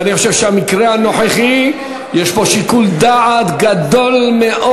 ואני חושב שהמקרה הנוכחי יש לגביו שיקול דעת גדול מאוד